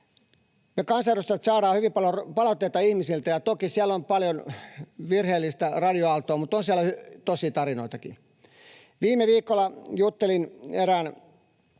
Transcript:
Me kansanedustajat saadaan hyvin paljon palautetta ihmisiltä, ja toki siellä on paljon virheellistä radioaaltoa, mutta on siellä tositarinoitakin. Viime viikolla juttelin erään